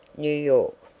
new york.